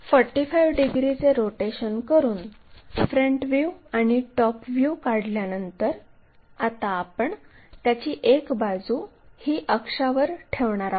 45 डिग्रीचे रोटेशन करून front view आणि टॉप व्ह्यू काढल्यानंतर आता आपण त्याची एक बाजू ही अक्षावर ठेवणार आहोत